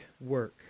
work